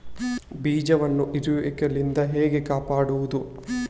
ಬೀಜವನ್ನು ಇರುವೆಗಳಿಂದ ಹೇಗೆ ಕಾಪಾಡುವುದು?